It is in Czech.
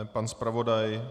Pan zpravodaj?